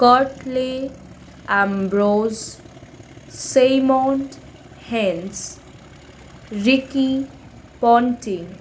Curtly Ambrose Desmond Haynes Ricky Ponting